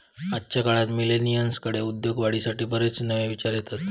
आजच्या काळात मिलेनियल्सकडे उद्योगवाढीसाठी बरेच नवे विचार येतत